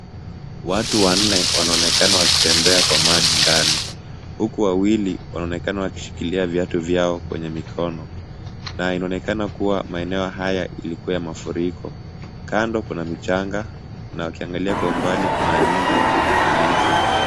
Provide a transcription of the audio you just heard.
Watu wanne wanaonekana wakitembea kwa maji ndani, huku wawili wanaonekana kushikilia viatu vyao kwenye mikono na inaonekana kuwa maeneo haya ilikuwa ya mafuriko. Kando kuna michanga na ukiangalia kwa umbali kuna nyumba na miti.